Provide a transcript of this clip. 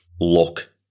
look